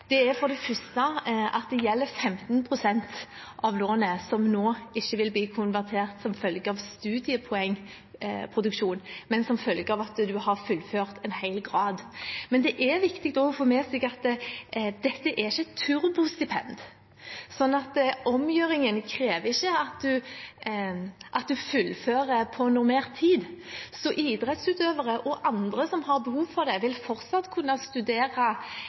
nå, er for det første at det er 15 pst. av lånet som ikke vil bli konvertert som følge av studiepoengproduksjon, men som følge av at man har fullført en hel grad. Men det er også viktig å få med seg at dette ikke er et turbostipend, så omgjøringen krever ikke at man fullfører på normert tid. Så idrettsutøvere og andre som har behov for det, vil fortsatt kunne studere